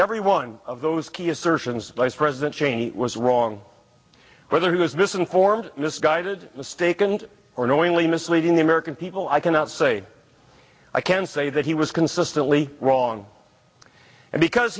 every one of those key assertions vice president cheney was wrong whether he was misinformed misguided mistake and or knowingly misleading the american people i cannot say i can say that he was consistently wrong and because